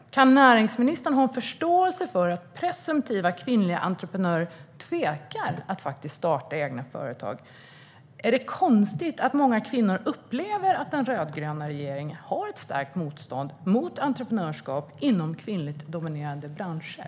Kan näringsministern ha förståelse för att presumtiva kvinnliga entreprenörer tvekar att starta egna företag? Är det konstigt att många kvinnor upplever att den rödgröna regeringen har ett starkt motstånd mot entreprenörskap inom kvinnligt dominerande branscher?